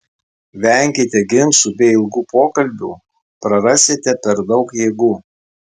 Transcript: venkite ginčų bei ilgų pokalbių prarasite per daug jėgų